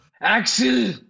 Axel